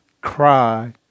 cry